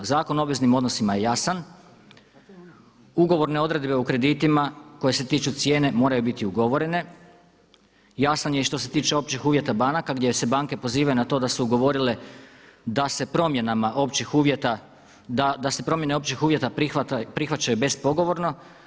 Zakon o obveznim odnosima je jasan, ugovorne odredbe u kreditima koje se tiču cijene moraju biti ugovorene, jasan je i što se tiče općih uvjeta banaka gdje se banke pozivaju na to da su ugovorile da se promjenama općih uvjeta, da se promjene općih uvjeta prihvaćaju bespogovorno.